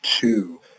two